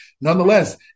Nonetheless